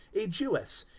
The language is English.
a jewess,